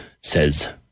says